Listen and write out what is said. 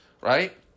right